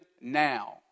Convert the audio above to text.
now